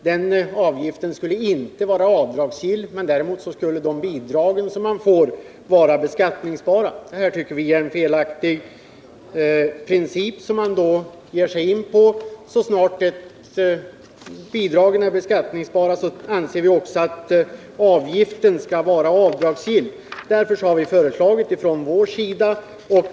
Den avgiften skulle inte vara avdragsgill, men däremot skulle de bidrag man får vara beskattningsbara. Det tycker vi är en felaktig princip att ge sig in på. När bidragen är beskattningsbara bör också avgifterna vara avdragsgilla, anser vi.